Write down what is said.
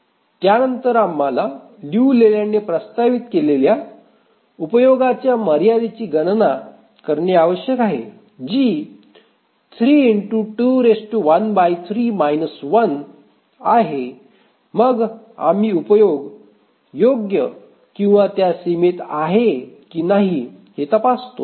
त्यानंतर आम्हाला लिऊ लेलँडने प्रस्तावित केलेल्या उपयोगाच्या मर्यादेची गणना करणे आवश्यक आहे जी आहे मग आम्ही उपयोग योग्य किंवा त्या सीमेत आहे की नाही हे तपासतो